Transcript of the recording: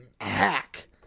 Hack